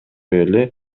эле